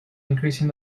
increasing